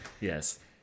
Yes